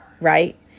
right